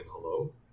hello